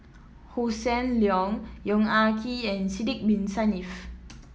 Hossan Leong Yong Ah Kee and Sidek Bin Saniff